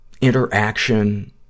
interaction